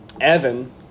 Evan